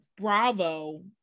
Bravo